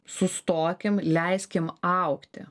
sustokim leiskim augti